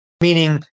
Meaning